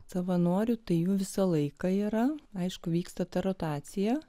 savanorių tai jų visą laiką yra aišku vyksta rotacija